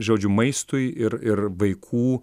žodžiu maistui ir ir vaikų